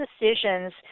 decisions